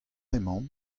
emaon